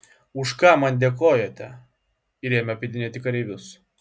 už ką man dėkojate ir ėmė apeidinėti kareivius